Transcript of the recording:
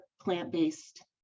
plant-based